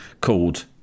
called